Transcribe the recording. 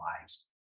lives